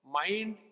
mind